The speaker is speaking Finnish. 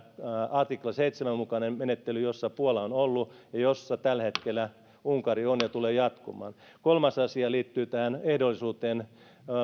artikla seitsemän mukainen menettely jossa puola on ollut ja jossa tällä hetkellä unkari on ja joka tulee jatkumaan kolmas asia liittyy ehdollisuuteen